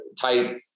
type